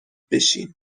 بشین